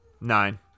Nine